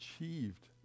achieved